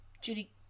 Judy